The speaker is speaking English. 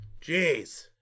Jeez